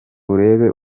urebe